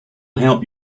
help